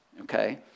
okay